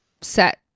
set